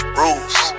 Rules